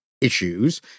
issues